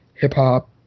hip-hop